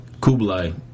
Kublai